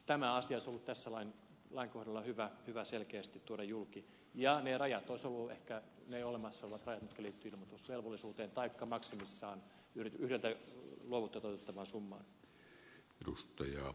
tämä asia olisi ollut tässä lain kohdalla hyvä selkeästi tuoda julki ja ne rajat olisivat olleet ehkä ne olemassa olevat rajat mitkä liittyvät ilmoitusvelvollisuuteen taikka maksimissaan yhdeltä luovutettavaan summaan